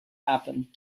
happen